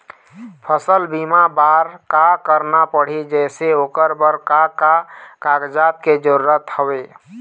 फसल बीमा बार का करना पड़ही जैसे ओकर बर का का कागजात के जरूरत हवे?